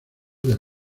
del